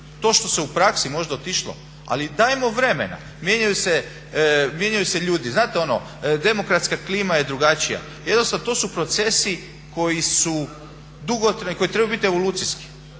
To što se u praksi možda otišlo, ali dajmo vremena, mijenjaju se ljudi. Znate ono, demokratska klima je drugačija. Jednostavno to su procesi koji su dugotrajni, koji trebaju biti evolucijski